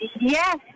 Yes